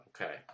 Okay